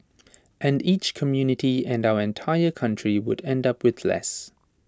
and each community and our entire country would end up with less